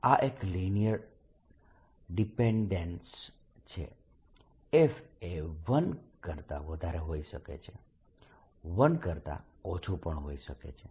આ એક linear dependence છે f એ 1 કરતા વધારે હોઈ શકે છે 1 કરતા ઓછું પણ હોઈ શકે છે